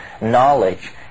Knowledge